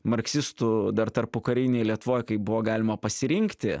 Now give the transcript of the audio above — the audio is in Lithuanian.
marksistu dar tarpukarinėj lietuvoj kai buvo galima pasirinkti